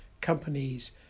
companies